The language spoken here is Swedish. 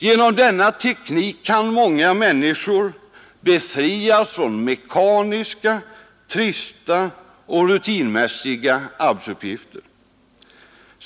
Genom denna teknik kan många människor befrias från mekaniska, trista och rutinmässiga arbetsuppgifter.